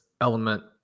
element